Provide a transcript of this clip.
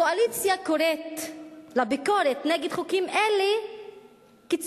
הקואליציה קוראת לביקורת נגד חוקים אלה קיצונית.